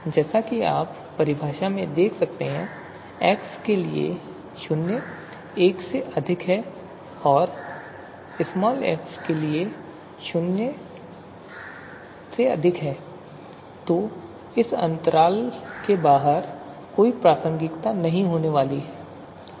जैसा की आप परीभाषा में देख सकते हैं कि x के लिए 0 1 से अधिक है और x के लिए 0 आप से अधिक है तो इस अंतराल के बाहर कोई प्रासंगिकता नहीं होने वाली है